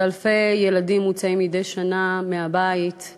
שבה אלפי ילדים מוצאים מהבית מדי שנה בשל